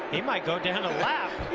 he may go down the lab.